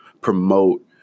promote